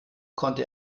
konnte